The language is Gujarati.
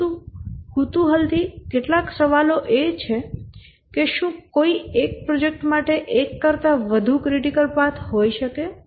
પરંતુ કુતૂહલ થી કેટલાક સવાલો એ છે કે શું કોઈ પ્રોજેક્ટ માટે એક કરતાં વધુ ક્રિટિકલ પાથ હોઈ શકે છે